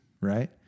right